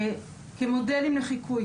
כמודלים לחיקוי,